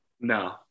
No